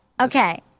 Okay